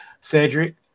Cedric